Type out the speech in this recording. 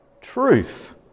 truth